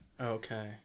okay